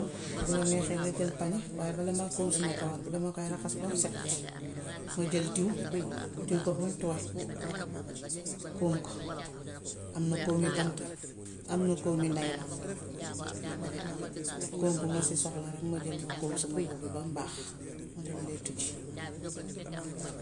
Bu la neexee nga jël pañe waaye balaa ma kóom sa kawor bi dama koy raxas ba set, ma jël diw, diw ko bam tooy kóom ko. Am na koomyi bant, am na koomyi ndayla. Kóom bu ma soxla rekk ma jël ma kóom suma bob bi bam baax ma dem léttu ji.